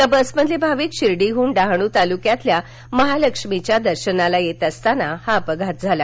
या बसमधील भाविक शिर्डीवरून डहाणू तालुक्यातल्या महालक्ष्मीच्या दर्शनाला येत असताना हा अपघात झाला